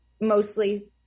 mostly